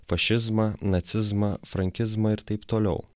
fašizmą nacizmą frankizmą ir taip toliau